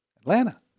Atlanta